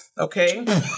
okay